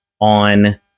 on